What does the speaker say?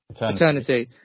Eternity